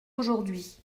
aujourd’hui